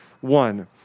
one